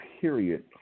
period